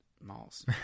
malls